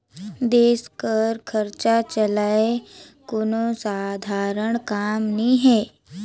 देस कर खरचा चलई कोनो सधारन काम नी हे